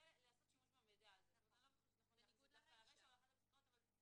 מצלמות לשם הגנה על פעוטות במעונות יום לפעוטות,